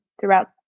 throughout